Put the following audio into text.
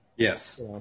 Yes